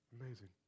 Amazing